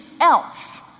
else